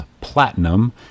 Platinum